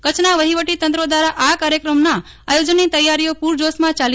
કચ્છના વહીવટી તંત્ર દ્વારા આ કાર્યક્રમના આયોજનની તૈયારીઓ પૂરજોશમાં ચાલી રહી છે